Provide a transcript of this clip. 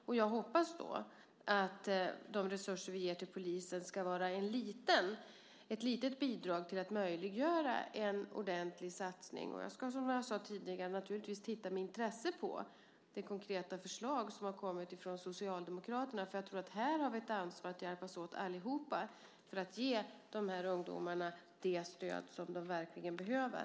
Därför hoppas jag att de resurser vi ger till polisen ska utgöra ett litet bidrag för att möjliggöra en ordentlig satsning. Som jag sade tidigare ska jag naturligtvis med intresse titta på det konkreta förslag som kommit från Socialdemokraterna eftersom jag tror att vi har ett ansvar att tillsammans hjälpas åt för att ge dessa ungdomar det stöd som de verkligen behöver.